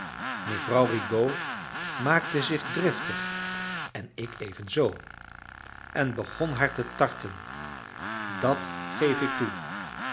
mevrouw rigaud maakte zich driftig en ik evenzoo en begon haar te tarten dat geef ik toe